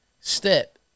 step